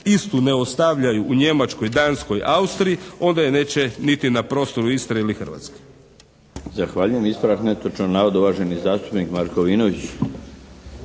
istu ne ostavljaju u Njemačkoj, Danskoj, Austriji onda je neće niti na prostoru Istre ili Hrvatske.